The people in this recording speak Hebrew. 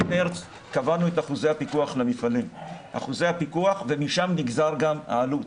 מחודש מארס קבענו את אחוזי הפיקוח למפעלים ומשם נגזרה גם העלות.